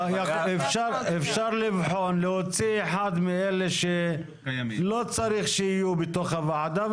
אפשר לבחון להוציא אחד מאלה שלא צריך שיהיו בתוך הוועדה,